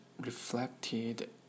reflected